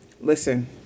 Listen